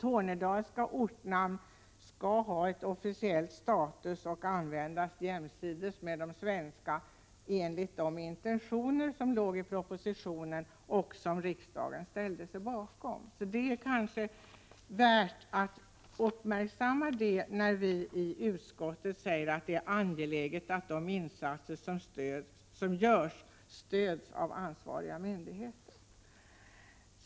Tornedalska ortnamn skall ha officiell status och användas jämsides med de svenska namnen, enligt de intentioner som låg i propositionen och som riksdagen ställde sig bakom. Det är kanske värt att uppmärksamma detta när utskottet säger att det är angeläget att de insatser som görs stöds av ansvariga myndigheter.